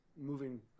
moving